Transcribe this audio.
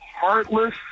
heartless